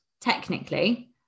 technically